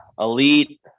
elite